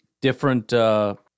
different